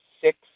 six